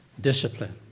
Discipline